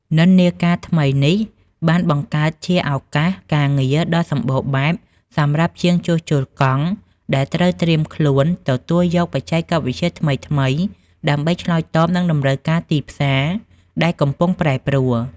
និន្នាការថ្មីនេះបានបង្កើតជាឱកាសការងារដ៏សម្បូរបែបសម្រាប់ជាងជួសជុលកង់ ដែលត្រូវត្រៀមខ្លួនទទួលយកបច្ចេកវិទ្យាថ្មីៗដើម្បីឆ្លើយតបនឹងតម្រូវការទីផ្សារដែលកំពុងប្រែប្រួល។